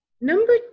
Number